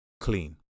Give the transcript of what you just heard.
clean